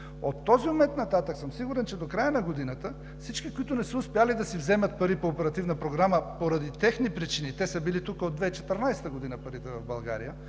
От този момент нататък съм сигурен, че до края на годината всички, които не са успели да си вземат пари по оперативна програма, поради техни причини – парите в България